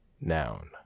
noun